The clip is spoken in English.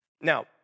Now